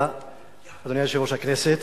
היושב-ראש,